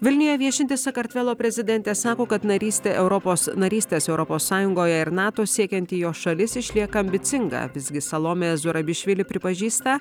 vilniuje viešinti sakartvelo prezidentė sako kad narystė europos narystės europos sąjungoje ir nato siekianti jo šalis išlieka ambicinga visgi salomė zurabišvili pripažįsta